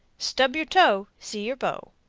stub your toe see your beau.